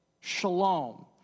shalom